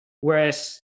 Whereas